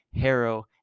Harrow